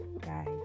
guys